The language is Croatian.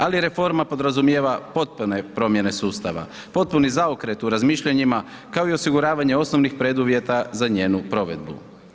Ali reforma podrazumijeva potpuno promjene sustava, potpuni zaokret u razmišljanjima kao i osiguravanje osnovnih preduvjeta za njenu provedbu.